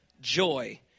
joy